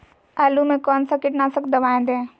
आलू में कौन सा कीटनाशक दवाएं दे?